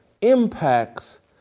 impacts